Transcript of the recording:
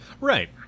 Right